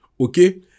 Okay